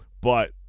But-